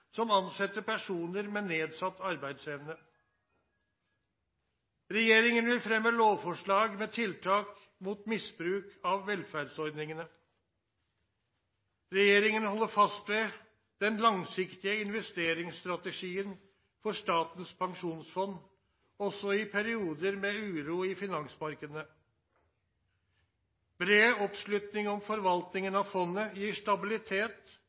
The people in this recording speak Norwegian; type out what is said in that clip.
som ansetter personer med nedsatt arbeidsevne. Regjeringen vil fremme lovforslag med tiltak mot misbruk av velferdsordningene. Regjeringen holder fast ved den langsiktige investeringsstrategien for Statens pensjonsfond, også i perioder med uro i finansmarkedene. Bred oppslutning om forvaltningen av fondet gir stabilitet